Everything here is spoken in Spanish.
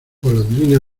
golondrina